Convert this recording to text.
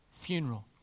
funeral